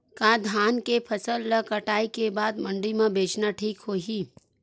का धान के फसल ल कटाई के बाद मंडी म बेचना ठीक होही?